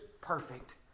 perfect